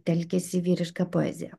telkiasi vyriška poezija